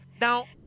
Now